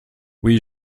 oui